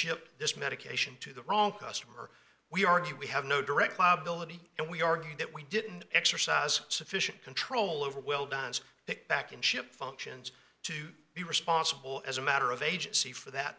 ship this medication to the wrong customer we argue we have no direct liability and we argued that we didn't exercise sufficient control over will bounce back and ship functions to be responsible as a matter of agency for that